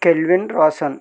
kelvin Roshan